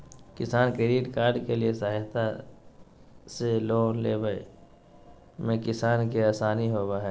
किसान credit card के सहायता से लोन लेवय मे किसान के आसानी होबय हय